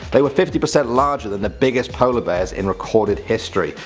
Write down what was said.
they were fifty percent larger than the biggest polar bears in recorded history.